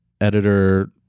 editor